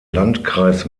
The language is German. landkreis